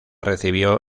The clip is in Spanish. recibió